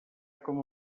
com